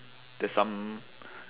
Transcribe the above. there's some